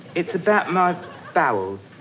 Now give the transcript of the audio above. it's about my bowels.